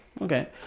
okay